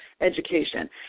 education